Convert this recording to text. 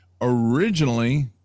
originally